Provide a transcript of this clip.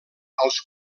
als